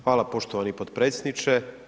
Hvala poštovani potpredsjedniče.